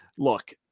Look